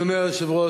אדוני היושב-ראש,